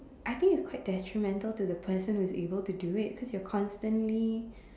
I think it's quite detrimental to the person who is able to do it because you're constantly